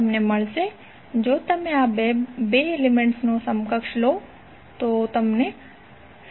તમને મળશે જો તમે આ 2 એલિમેન્ટ્સનુ સમકક્ષ લો તો તમને 7